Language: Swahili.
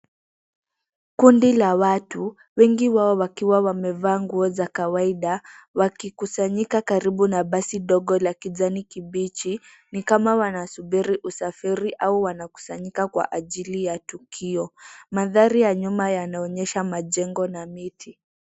Kundi la watu, wengi wao wakiwa wamevaa nguo za kawaida, wakikusanyika karibu na basi ndogo la kijani kibichi, ni kama wanasubiri usafiri au wanakusanyika kwa ajili ya tukio, mandhari ya nyuma yanaoonyesha majengo na miti.